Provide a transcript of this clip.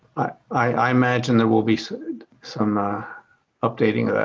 i imagine there will be some updating of that.